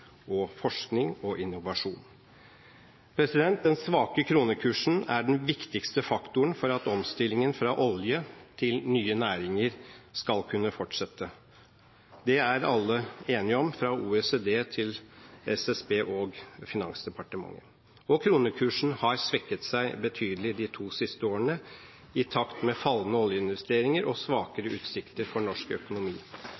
utdanning, forskning og innovasjon. Den svake kronekursen er den viktigste faktoren for at omstillingen fra oljenæringen til nye næringer skal kunne fortsette. Det er alle enige om, fra OECD til SSB og Finansdepartementet. Kronekursen har svekket seg betydelig de to siste årene, i takt med fallende oljeinvesteringer og svakere utsikter for norsk økonomi.